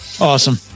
Awesome